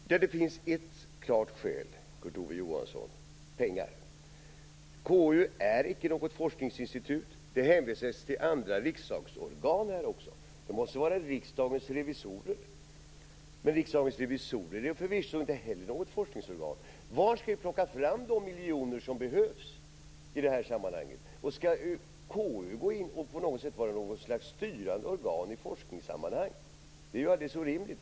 Fru talman! Det finns ett klart skäl, Kurt Ove Johansson, nämligen pengar. KU är inte något forskningsinstitut. Det hänvisas även till andra riksdagsorgan. Det måste vara Riksdagens revisorer. Riksdagens revisorer är förvisso inte heller något forskningsorgan. Var skall vi plocka fram de miljoner som behövs i sammanhanget? Skall KU gå och på något sätt vara ett slags styrande organ i forskningssammanhang? Det är alldeles orimligt.